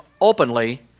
openly